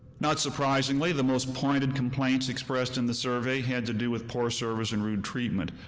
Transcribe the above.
not surprisingly, the most pointed complaints expressed in the survey had to do with poor service and rude treatment,